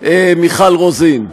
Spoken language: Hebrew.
מיכל רוזין.